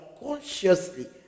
Consciously